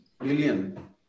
million